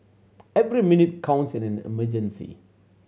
every minute counts in an emergency